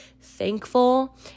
thankful